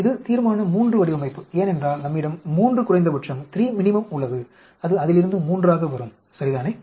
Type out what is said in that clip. இது தீர்மான III வடிவமைப்பு ஏனென்றால் நம்மிடம் 3 குறைந்தபட்சம் உள்ளது அது அதிலிருந்து 3 ஆக வரும் சரிதானே